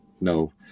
no